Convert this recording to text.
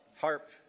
harp